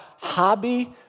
hobby